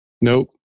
Nope